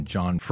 John